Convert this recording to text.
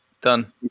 done